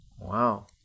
Wow